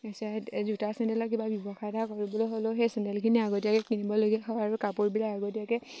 চে জোতা চেণ্ডেলৰ কিবা ব্যৱসায় এটা কৰিবলৈ হ'লেও সেই চেণ্ডেলখিনি আগতীয়াকৈ কিনিবলগীয়া হয় আৰু কাপোৰবিলাক আগতীয়াকেডৈ